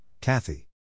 Kathy